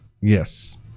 Yes